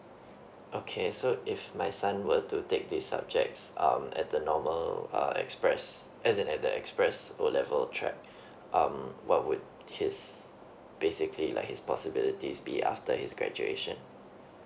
okay so if my son were to take this subjects um at the normal uh express as in at the express O level track um what would his basically like his possibilities be after his graduation